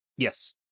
Yes